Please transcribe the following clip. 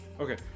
Okay